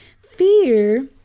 fear